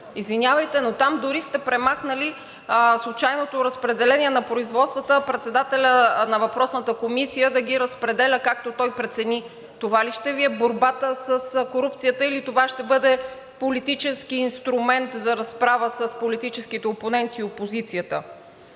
Извинявайте, но там дори сте премахнали случайното разпределение на производствата, а председателят на въпросната комисия да ги разпределя, както той прецени. Това ли ще Ви е борбата с корупцията, или това ще бъде политически инструмент за разправа с политическите опоненти и опозицията?